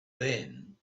then